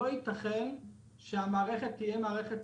לא ייתכן שזו תהיה מערכת